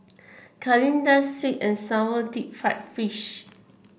Kalyn sweet and sour Deep Fried Fish